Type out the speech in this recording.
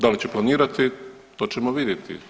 Da li će planirati to ćemo vidjeti?